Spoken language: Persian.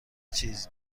چیزی